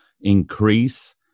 increase